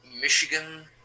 Michigan